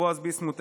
בועז ביסמוט,